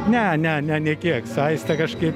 ne ne ne nė kiek su aiste kažkaip